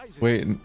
wait